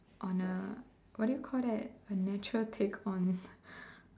on a what do you call that a natural take on